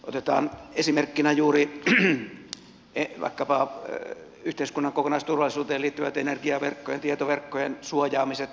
otetaan esimerkkinä juuri vaikkapa yhteiskunnan kokonaisturvallisuuteen liittyvät energiaverkkojen tietoverkkojen suojaamiset